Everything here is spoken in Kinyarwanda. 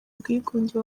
bwigunge